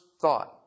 thought